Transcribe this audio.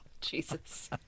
Jesus